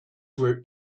were